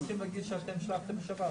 --- שאתם שלחתם בשבת.